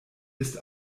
ist